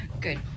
Good